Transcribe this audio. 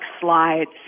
slides